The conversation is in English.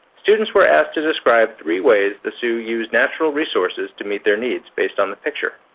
students were asked to describe three ways the sioux used natural resources to meet their needs based on the picture.